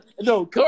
No